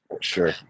sure